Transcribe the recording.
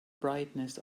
brightness